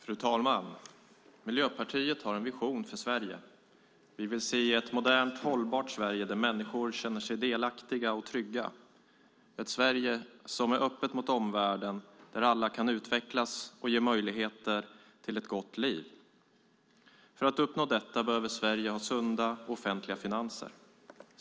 Fru talman! Miljöpartiet har en vision för Sverige. Vi vill se ett modernt, hållbart Sverige där människor känner sig delaktiga och trygga, ett Sverige som är öppet mot omvärlden där alla kan utvecklas och ges möjligheter till ett gott liv. För att uppnå detta behöver Sverige ha sunda offentliga finanser.